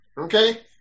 okay